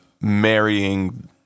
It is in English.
marrying